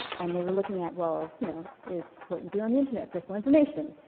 and they were looking at, well, you know, is what you do on the internet personal information,